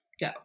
go